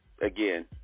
again